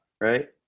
right